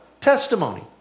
testimony